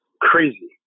crazy